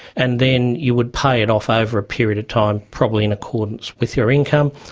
and then you would pay it off over a period of time, probably in accordance with your income.